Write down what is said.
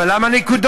אבל למה נקודות?